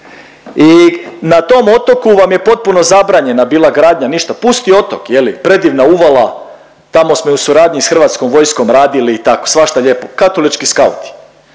i na tom otoku vam je potpuno zabranjena bila gradnja, ništa, pusti otok je li, predivna uvala, tamo smo i u suradnji s HV-om radili i tako, svašta lijepo, katolički skauti.